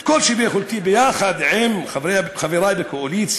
כל שביכולתי, ביחד עם חברי בקואליציה,